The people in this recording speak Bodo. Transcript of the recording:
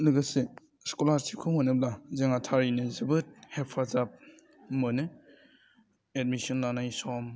लोगोसे स्कलारशिपखौ मोनोब्ला जोंहा थारैनो जोबोद हेफाजाब मोनो एडमिसन लानाय सम